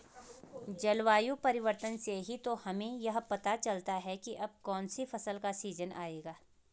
जलवायु परिवर्तन से ही तो हमें यह पता चलता है की अब कौन सी फसल का सीजन आयेगा